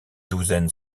douzaine